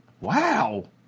wow